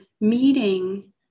meeting